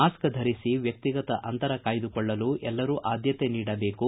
mask ಧರಿಸಿ ವ್ಯಕ್ತಿಗತ ಅಂತರ ಕಾಯ್ದಕೊಳ್ಳಲು ಎಲ್ಲರೂ ಆದ್ದತೆ ನೀಡಬೇಕು